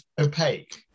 opaque